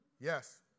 Yes